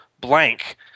blank